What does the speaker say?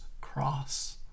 cross